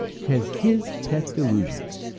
has his pet delusions,